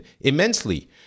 immensely